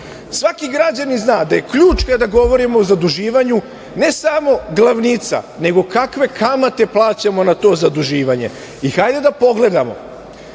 dobro. Svaki građanin zna da je ključ, kada govorimo o zaduživanju, ne samo glavnica, nego kakve kamate plaćamo na to zaduživanje i hajde da pogledamo.